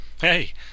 hey